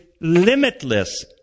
limitless